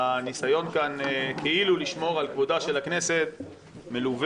הניסיון כאן כאילו לשמור על כבודה של הכנסת מלווה,